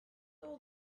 all